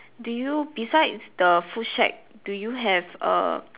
do you besides the food shack do you have a